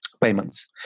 payments